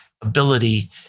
ability